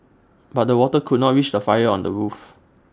but the water could not reach the fire on the roof